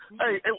hey